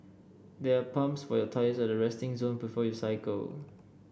there are pumps for your tyres at the resting zone before you cycle